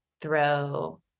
throw